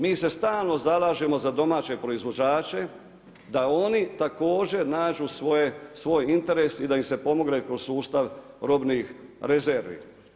Mi se stalno zalažemo za domaće proizvođače da oni također nađu svoj interes i da im se pomogne kroz sustav robnih rezervi.